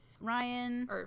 ryan